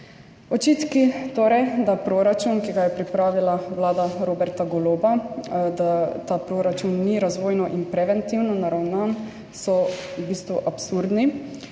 Očitki, da proračun, ki ga je pripravila vlada Roberta Goloba, ni razvojno in preventivno naravnan, so v bistvu absurdni